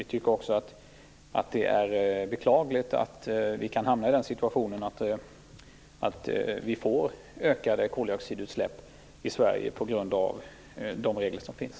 Vi tycker också att det är beklagligt att vi kan hamna i den situationen att vi får ökade koldioxidutsläpp i Sverige på grund av de regler som finns.